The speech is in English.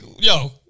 yo